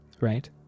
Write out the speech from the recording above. right